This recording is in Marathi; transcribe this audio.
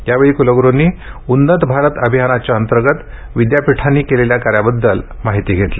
यावेळी कुलगुरूंनी उन्नत भारत अभियान अंतर्गत विद्यापीठांनी केलेल्या कार्याबद्दल राज्यपालांना माहिती दिली